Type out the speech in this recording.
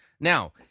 Now